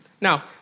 Now